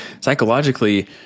psychologically